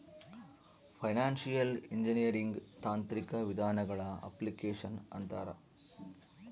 financial engineering ತಾಂತ್ರಿಕ ವಿಧಾನಗಳ application ಅಂತಾರ